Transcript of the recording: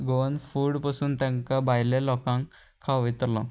Goan food पसून तांकां भायले लोकांक खावयतलो